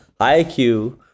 IQ